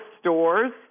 stores